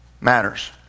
matters